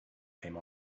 came